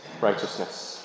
Righteousness